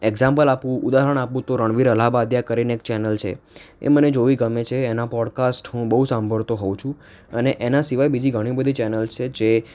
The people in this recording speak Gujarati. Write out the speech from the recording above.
એક્ઝામ્પલ આપું ઉદાહરણ આપું તો રણવીર અલ્હાબાદિયા કરીને એક ચેનલ છે એ મને જોવી ગમે છે એના પોડકાસ્ટ હું બહુ સાંભળતો હોઉં છું અને એના સિવાય બીજી ઘણી બધી ચેનલ્સ છે જે